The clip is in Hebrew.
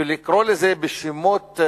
ולקרוא לזה בשמות,